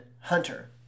Hunter